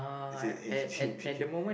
is it h_d_b